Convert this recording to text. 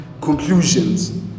conclusions